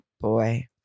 boy